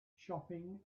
shopping